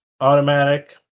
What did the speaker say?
automatic